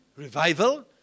Revival